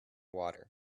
water